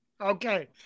Okay